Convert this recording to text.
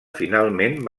finalment